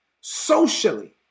socially